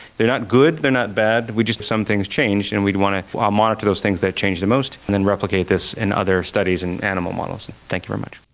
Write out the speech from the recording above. they're not good, they're not bad just some things changed and we want to monitor those things that changed the most and then replicate this in other studies and animal models. thank you very much.